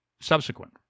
subsequent